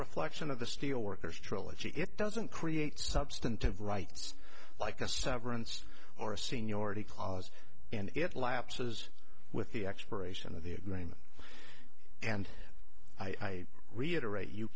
reflection of the steelworkers trilogy it doesn't create substantive rights like a severance or a seniority clause and it lapses with the expiration of the agreement and i reiterate you